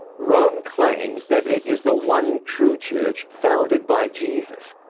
rome claims that it is the one true church founded by jesus,